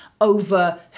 over